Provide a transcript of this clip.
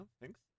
thanks